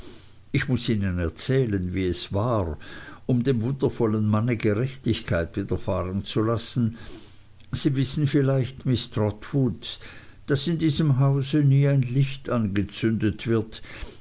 ich muß ihnen wahrhaftig erzählen wie es war um dem wundervollen mann gerechtigkeit widerfahren zu lassen sie wissen vielleicht miß trotwood daß in diesem hause nie ein licht angezündet wird